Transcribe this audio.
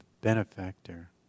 benefactor